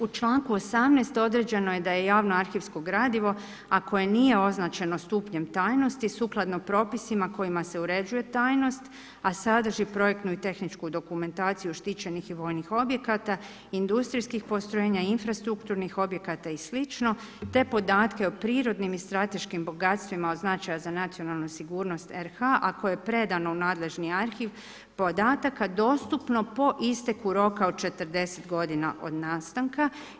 U članku 18. određeno je da je javno arhivsko gradivo, a koje nije označeno stupnjem tajnosti sukladno propisima kojima se uređuje tajnost, a sadrži projektnu i tehničku dokumentaciju štićenih i vojnih objekata, industrijskih postrojenja, infrastrukturnih objekata i slično te podatke o prirodnim i strateškim bogatstvima od značaja za nacionalnu sigurnost RH ako je predano u nadležni arhiv podataka dostupno po isteku roka od 40 godina od nastanka.